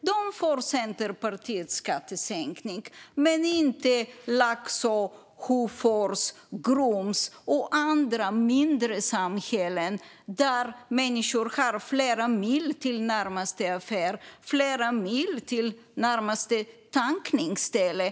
De får Centerpartiets skattesänkning men inte Laxå, Hofors, Grums och andra mindre samhällen där människor har flera mil till närmaste affär och flera mil till närmaste tankställe.